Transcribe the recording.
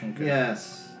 Yes